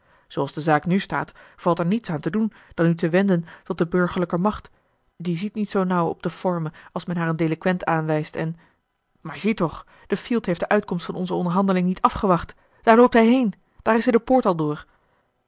zooals de zaak nu staat valt er niets aan te doen dan u te wenden tot de burgerlijke macht die ziet niet zoo nauw op de forme als men haar een delinquent aanwijst en maar zie toch die fielt heeft de uitkomst van onze onderhandeling niet afgewacht daar loopt hij heen daar is hij de poort al door